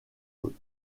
eux